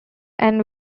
end